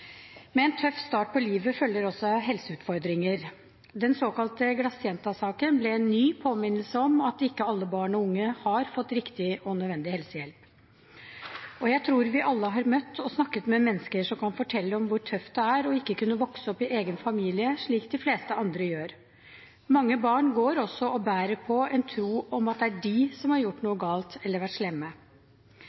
Med en tøff start på livet følger også helseutfordringer. Den såkalte Glassjenta-saken ble en ny påminnelse om at ikke alle barn og unge har fått riktig og nødvendig helsehjelp. Jeg tror vi alle har møtt og snakket med mennesker som kan fortelle om hvor tøft det er ikke å kunne vokse opp i egen familie slik de fleste andre gjør. Mange barn går også og bærer på en tro om at det er de som har gjort noe galt eller vært slemme.